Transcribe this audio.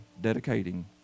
dedicating